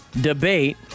debate